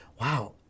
wow